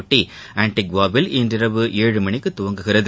போட்டி ஆன்டிகுவாவில் இன்று இரவு ஏழு மணிக்கு துவங்குகிறது